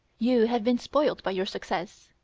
you have been spoilt by your success.